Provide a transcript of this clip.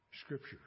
Scripture